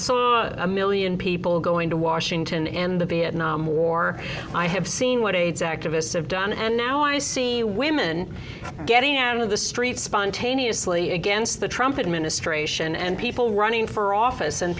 saw a million people going to washington and the vietnam war i have seen what aids activists have done and now i see women getting out of the street spontaneously against the trumpet administration and people running for office and